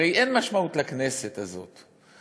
הרי אין משמעות לכנסת הזאת,